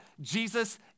Jesus